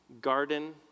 Garden